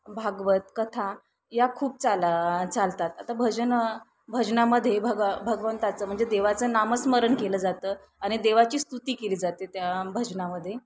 भागवत कथा या खूप चाला चालतात आता भजनं भजनामध्ये भग भगवंताचं म्हणजे देवाचं नामस्मरण केलं जातं आणि देवाची स्तुती केली जाते त्या भजनामध्ये